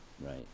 Right